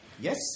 yes